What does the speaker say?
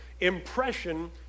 Impression